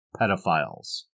pedophiles